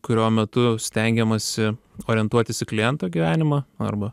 kurio metu stengiamasi orientuotis į kliento gyvenimą arba